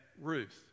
Ruth